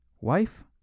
Wife